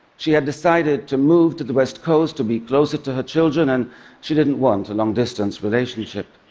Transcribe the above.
she had decided to move to the west coast to be closer to her children, and she didn't want a long-distance relationship.